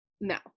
no